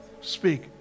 Speak